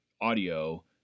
audio